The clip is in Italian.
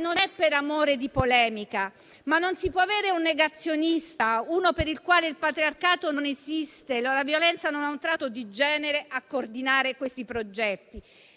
Non è per amore di polemica, ma non si può avere un negazionista, uno per il quale il patriarcato non esiste e la violenza non ha un tratto di genere a coordinare questi progetti.